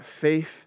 faith